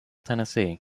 tennessee